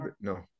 No